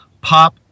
pop